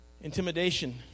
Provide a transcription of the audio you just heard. Intimidation